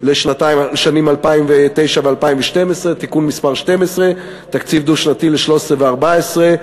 לשנים 2009 ו-2010) (תיקון מס' 12) (תקציב דו-שנתי לשנים 2013 ו-2014),